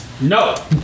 No